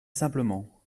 simplement